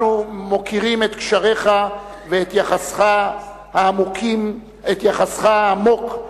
אנחנו מוקירים את קשריך ואת יחסך העמוק עם